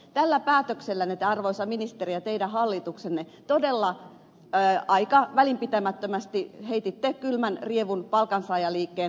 tällä päätöksellä te arvoisa ministeri ja teidän hallituksenne todella aika välinpitämättömästi heititte kylmän rievun palkansaajaliikkeen kasvoille